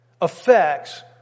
affects